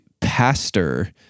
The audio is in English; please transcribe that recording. pastor